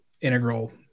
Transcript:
integral